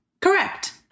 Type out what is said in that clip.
correct